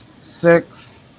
Six